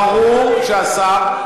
ברור שהשר,